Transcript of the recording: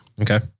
Okay